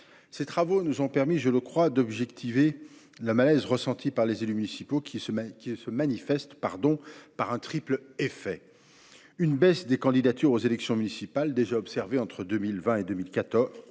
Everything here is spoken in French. Ces travaux nous ont permis d’objectiver le malaise ressenti par les élus municipaux, qui se manifeste par un triple effet : d’abord, une baisse des candidatures aux élections municipales, déjà observée entre 2014 et 2020,